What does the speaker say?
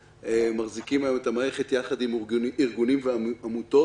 מחזיקים היום את המערכת ביחד עם ארגונים ועמותות.